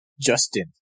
Justin